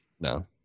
No